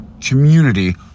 community